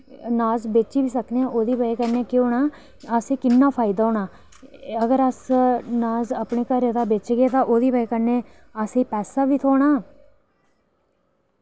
नाज बेची बी सकने आं उ'दी वजह् कन्नै केह् होना असें किन्ना फायदा होना अगर अस नाज अपने घरे दा बेचगे तां ओह्दी वजह कन्नै असें पैसा बी थ्होना